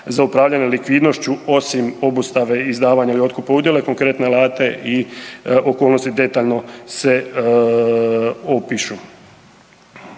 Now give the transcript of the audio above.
za upravljanje likvidnošću osim obustave i izdavanja i otkupa udjela, konkretne alate i okolnosti detaljno se opišu.